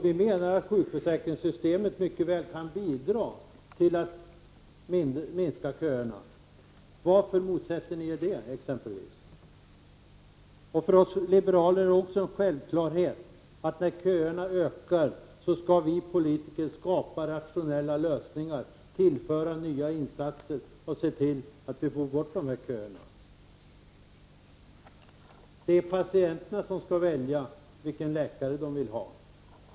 Vi menar att sjukförsäkringssystemet mycket väl kan bidra till att köerna minskas. Varför motsätter sig socialdemokraterna detta? För oss liberaler är det en självklarhet att vi politiker, när köerna ökar, skall skapa rationella lösningar, göra nya insatser och se till att köerna försvinner. Det är patienterna som skall välja vilken läkare de vill ha.